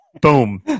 Boom